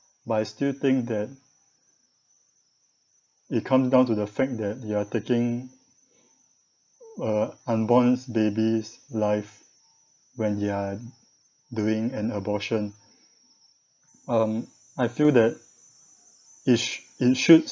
but I still think that it comes down to the fact that you are taking a unborn baby's life when they are doing an abortion um I feel that it it should